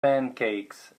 pancakes